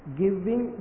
giving